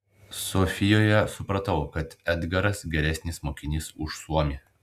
sofijoje supratau kad edgaras geresnis mokinys už suomį